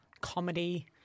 comedy